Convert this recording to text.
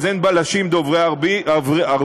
אז אין בלשים דוברי ערבית,